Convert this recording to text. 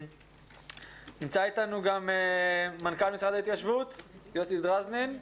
נמצא אתנו מנכ"ל משרד ההתיישבות, יוסי דרזנין.